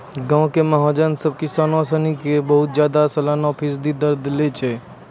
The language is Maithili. गांवो के महाजन सभ किसानो सिनी से बहुते ज्यादा सलाना फीसदी दर लै छै